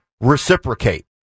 reciprocate